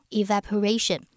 evaporation